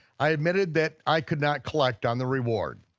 i admitted that i could not collect on the reward.